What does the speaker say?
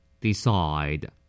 Decide